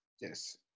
Yes